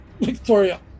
Victoria